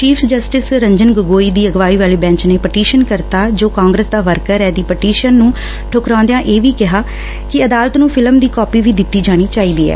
chief justice Ranjan Gogoi ਦੀ ਅਗਵਾਈ ਵਾਲੀ ਬੈਂਚ ਨੇ ਪਟੀਸ਼ਨ ਕਰਤਾ ਜੋ ਕਾਂਗਰਸ ਦਾ ਵਰਕਰ ਏ ਦੀ ਪਟੀਸ਼ਨ ਨੂੰ ਠੁਕਰਾਉਦਿਆਂ ਇਹ ਵੀ ਕਿਹਾ ਕਿ ਅਦਾਲਤ ਨੂੰ ਫਿਲਮ ਦੀ ਕਾਪੀ ਵੀ ਦਿੱਤੀ ਜਾਣੀ ਚਾਹੀਦੀ ਐ